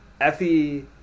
effie